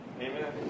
Amen